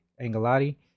Angelotti